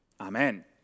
Amen